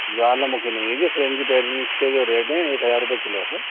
جوالا مکھی نہیں ہے جی فرنگی اس کے جو ریٹ ہیں ایک ہزار روپئے کلو ہے